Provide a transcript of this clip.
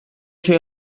tray